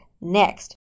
next